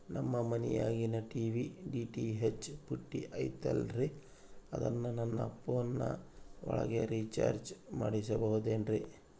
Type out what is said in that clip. ನಮ್ಮ ಮನಿಯಾಗಿನ TV DTH ಪುಟ್ಟಿ ಐತಲ್ರೇ ಅದನ್ನ ನನ್ನ ಪೋನ್ ಒಳಗ ರೇಚಾರ್ಜ ಮಾಡಸಿಬಹುದೇನ್ರಿ?